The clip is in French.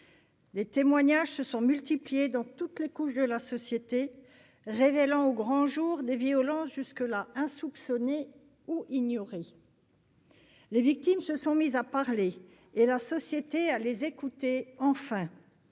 Les témoignages se sont multipliés dans toutes les couches de la société, révélant au grand jour des violences jusque-là insoupçonnées ou ignorées. Les victimes se sont mises à parler et la société à les écouter- enfin